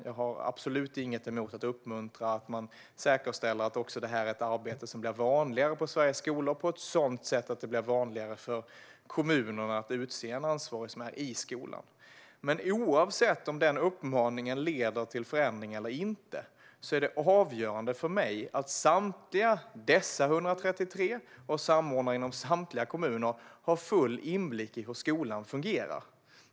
Jag har absolut inget emot att uppmuntra att man säkerställer att detta är ett arbete som blir vanligare på Sveriges skolor på så sätt att det blir vanligare för kommunerna att utse en ansvarig som är i skolan. Men oavsett om den uppmaningen leder till förändring eller inte är det avgörande för mig att samtliga 133 samordnare i samtliga kommuner har full inblick i hur skolan fungerar.